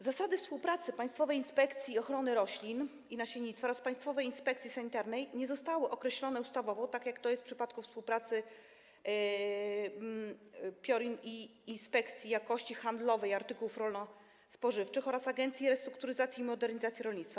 Zasady współpracy Państwowej Inspekcji Ochrony Roślin i Nasiennictwa oraz Państwowej Inspekcji Sanitarnej nie zostały określone ustawowo, tak jak to jest w przypadku współpracy PIORiN i Inspekcji Jakości Handlowej Artykułów Rolno-Spożywczych oraz Agencji Restrukturyzacji i Modernizacji Rolnictwa.